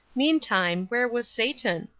meantime, where was satan?